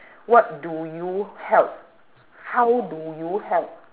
what do you help how do you help